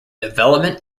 development